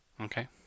okay